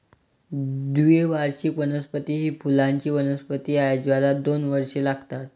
द्विवार्षिक वनस्पती ही फुलांची वनस्पती आहे ज्याला दोन वर्षे लागतात